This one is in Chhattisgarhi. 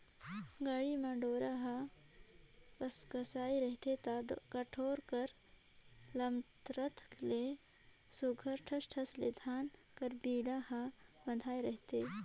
गाड़ा म डोरा हर कसकसाए रहथे ता कोठार कर लमरत ले सुग्घर ठस ठस ले धान कर बीड़ा हर बंधाए रहथे